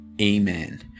Amen